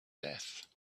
death